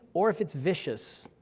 or if it's vicious,